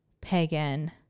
pagan